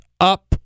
up